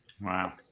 Wow